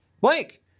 Blake